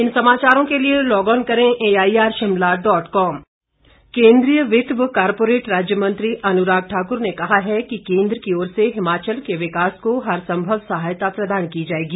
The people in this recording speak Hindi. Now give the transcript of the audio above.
अनुराग ठाकुर केंद्रीय वित्त व कारपोरेट राज्य मंत्री अनुराग ठाकुर ने कहा है कि केंद्र की ओर से हिमाचल के विकास को हर संभव सहायता प्रदान की जाएगी